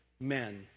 men